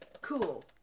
Cool